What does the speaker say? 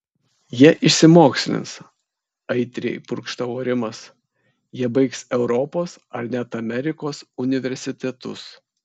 jie išsimokslins aitriai purkštavo rimas jie baigs europos ar net amerikos universitetus